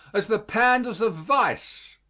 as the panders of vice,